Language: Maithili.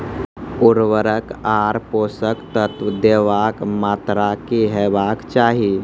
उर्वरक आर पोसक तत्व देवाक मात्राकी हेवाक चाही?